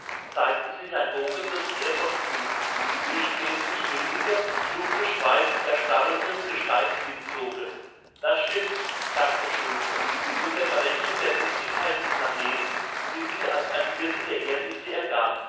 zeigte sich ein wogendes meer von glut zwischen dem sich wenige dunkle streifen erstarrten gesteins hinzogen das stimmt sagte schultze zu der berechnung der dichtigkeit des planeten die sich als ein viertel der erddichte ergab